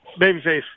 babyface